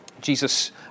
Jesus